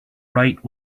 right